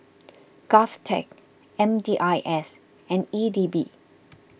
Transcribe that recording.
Govtech M D I S and E D B